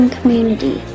Community